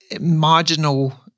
marginal